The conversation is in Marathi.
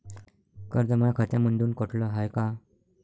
कर्ज माया खात्यामंधून कटलं हाय का?